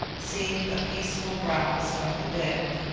seem the peaceful brows of the dead.